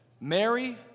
Mary